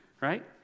Right